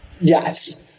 Yes